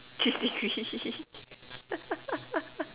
cheese degree